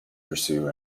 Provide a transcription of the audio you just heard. pursue